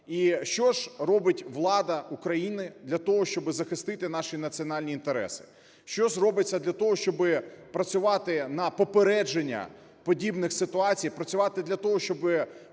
І що ж робить влада України для того, щоби захистити наші національні інтереси? Що ж робиться для того, щоби працювати на попередження подібних ситуацій, працювати для того, щоби